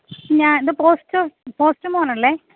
ഞാൻ ഇത് പോസ്റ്റോ പോസ്റ്റ് മേനല്ലേ